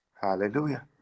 Hallelujah